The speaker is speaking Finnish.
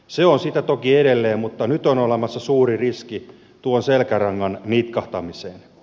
se on sitä toki edelleen mutta nyt on olemassa suuri riski tuon selkärangan nitkahtamiseen